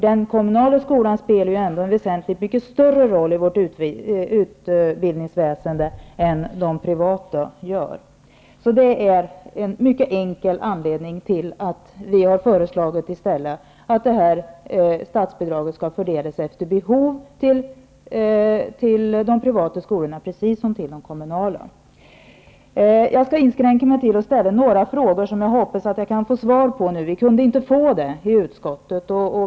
Den kommunala skolan spelar ändå en väsentligt större roll i vårt utbildningsväsende än de privata. Det är den enkla anledningen till att vi i stället har föreslagit att statsbidraget skall fördelas efter behov till de privata skolorna precis som till de kommunala. Jag skall inskränka mig till att ställa några frågor, som jag hoppas att jag kan få svar på nu. Vi kunde inte få det i utskottet.